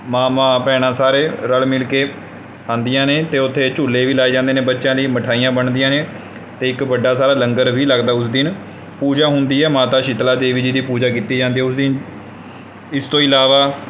ਮਾਂਵਾਂ ਭੈਣਾਂ ਸਾਰੇ ਰਲ ਮਿਲ ਕੇ ਆਉਂਦੀਆਂ ਨੇ ਅਤੇ ਉੱਥੇ ਝੂਲੇ ਵੀ ਲਗਾਏ ਜਾਂਦੇ ਨੇ ਬੱਚਿਆਂ ਲਈ ਮਿਠਾਈਆਂ ਬਣਦੀਆਂ ਨੇ ਅਤੇ ਇੱਕ ਵੱਡਾ ਸਾਰਾ ਲੰਗਰ ਵੀ ਲੱਗਦਾ ਉਸ ਦਿਨ ਪੂਜਾ ਹੁੰਦੀ ਹੈ ਮਾਤਾ ਸ਼ੀਤਲਾ ਦੇਵੀ ਜੀ ਦੀ ਪੂਜਾ ਕੀਤੀ ਜਾਂਦੀ ਹੈ ਉਸ ਦਿਨ ਇਸ ਤੋਂ ਇਲਾਵਾ